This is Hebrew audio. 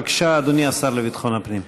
בבקשה, אדוני השר לביטחון הפנים.